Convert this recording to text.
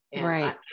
Right